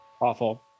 Awful